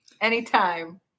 Anytime